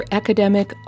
academic